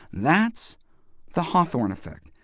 that's the hawthorne effect,